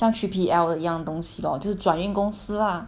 像 three P_L 的一样东西 lor 就是转运公司 lah